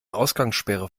ausgangssperre